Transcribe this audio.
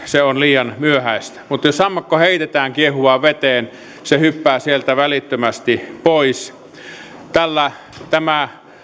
se on liian myöhäistä mutta jos sammakko heitetään kiehuvaan veteen se hyppää sieltä välittömästi pois tämä